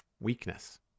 weakness